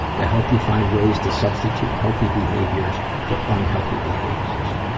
they help you find ways to substitute healthy behaviors for unhealthy behaviors.